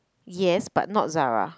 yes but not Zara